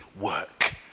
work